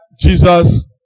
Jesus